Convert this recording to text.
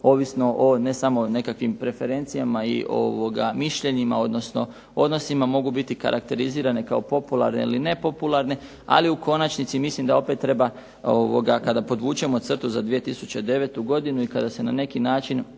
ovisno o ne samo nekakvim preferencijama i mišljenjima odnosno odnosima mogu biti karakterizirane kao popularne ili nepopularne, ali u konačnici mislim da opet treba, kada podvučemo crtu za 2009. godinu i kada se na neki način